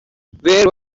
where